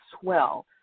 swell